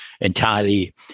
entirely